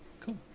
cool